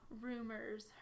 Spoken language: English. rumors